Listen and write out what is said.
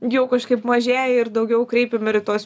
jau kažkaip mažėja ir daugiau kreipiam ir į tuos